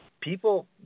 people